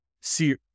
see